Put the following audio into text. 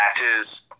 matches